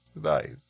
nice